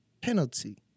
penalty